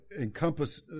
encompass